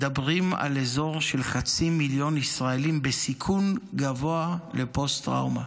הוא שמדברים על כחצי מיליון אזרחים בסיכון גבוה לפוסט-טראומה.